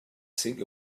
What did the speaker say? think